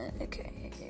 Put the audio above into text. Okay